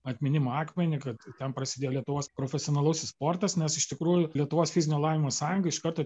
atminimo akmenį kad ten prasidėjo lietuvos profesionalusis sportas nes iš tikrųjų lietuvos fizinio lavinimo sąjunga iš karto